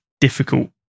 difficult